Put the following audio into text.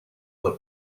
that